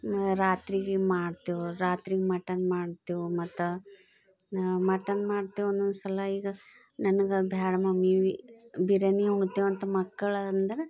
ರಾತ್ರಿಗೆ ಮಾಡ್ತೀವಿ ರಾತ್ರಿ ಮಟನ್ ಮಾಡ್ತೇವೆ ಮತ್ತು ಮಟನ್ ಮಾಡ್ತೇವೆ ಒಂದೊಂದ್ಸಲ ಈಗ ನನ್ಗೆ ಬೇಡ ಮಮ್ಮಿ ಬಿರಿಯಾನಿ ಉಣ್ತೇವೆ ಅಂತ ಮಕ್ಕಳು ಅಂದ್ರೆ